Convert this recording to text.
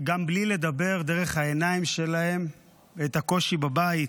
גם בלי לדבר, דרך העיניים שלהם את הקושי בבית,